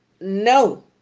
no